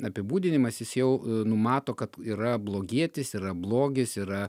apibūdinimas jis jau numato kad yra blogietis yra blogis yra